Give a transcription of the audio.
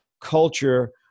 culture